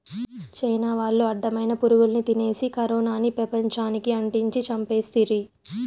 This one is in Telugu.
చైనా వాళ్లు అడ్డమైన పురుగుల్ని తినేసి కరోనాని పెపంచానికి అంటించి చంపేస్తిరి